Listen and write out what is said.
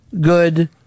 good